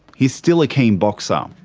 he's still a keen boxer. um